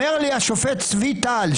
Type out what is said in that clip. אומר לי השופט צבי טל,